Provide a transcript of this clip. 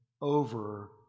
over